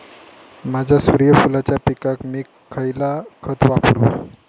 माझ्या सूर्यफुलाच्या पिकाक मी खयला खत वापरू?